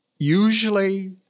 Usually